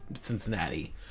Cincinnati